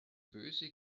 böse